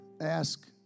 ask